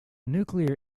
nuclear